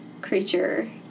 creature